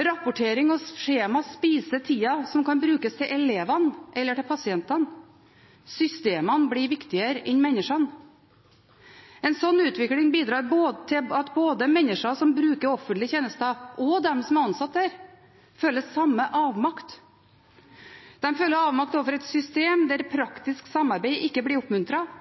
Rapportering og skjemaer spiser tida som kan brukes til elevene eller til pasientene. Systemene blir viktigere enn menneskene. En sånn utvikling bidrar til at både menneskene som bruker offentlige tjenester, og dem som er ansatt der, føler samme avmakt. De føler avmakt overfor et system der praktisk samarbeid ikke blir